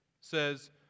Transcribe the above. says